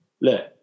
look